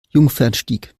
jungfernstieg